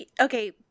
okay